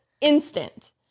instant